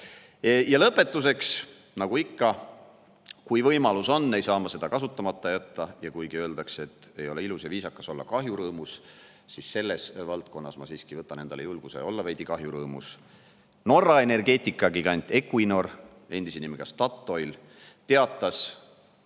Ja lõpetuseks nagu ikka, kui võimalus on, ei saa ma seda kasutamata jätta. Kuigi öeldakse, et ei ole ilus ja viisakas olla kahjurõõmus, siis selles valdkonnas ma siiski võtan endale julguse olla veidi kahjurõõmus. Norra energeetikagigant Equinor, endise nimega Statoil, teatas